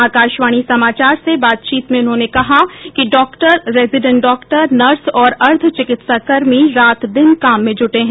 आकाशवाणी समाचार से बातचीत में उन्होंने कहा कि डॉक्टर रेजिडेंट डॉक्टर नर्स और अर्ध चिकित्सा कर्मी रात दिन काम में जुटे हैं